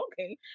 okay